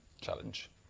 challenge